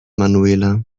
manuela